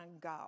go